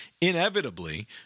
Inevitably